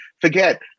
forget